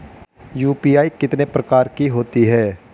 UPI कितने प्रकार की होती हैं?